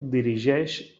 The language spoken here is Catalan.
dirigeix